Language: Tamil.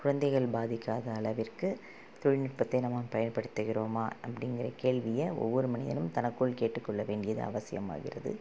குழந்தைகள் பாதிக்காத அளவிற்கு தொழில்நுட்பத்தை நம்ம பயன்படுத்திக்கிறோமா அப்படிங்குற கேள்வியை ஒவ்வொரு மனிதனும் தனக்குள் கேட்டுக்கொள்ள வேண்டியது அவசியமாகிறது